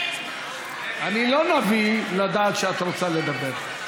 אני לא נביא לדעת שאת רוצה לדבר.